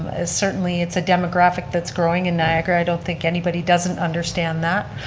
ah certainly it's a demographic that's growing in niagara. i don't think anybody doesn't understand that.